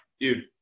dude